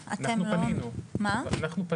ושיעור החיסונים עדין נמוך ואנחנו שואפים שיגדל,